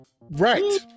Right